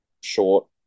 short